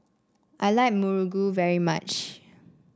I like muruku very much